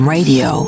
Radio